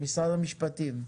ממשרד המשפטים.